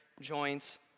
joints